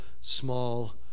small